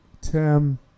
Tim